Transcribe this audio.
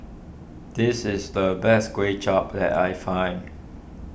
this is the best Kway Chap that I find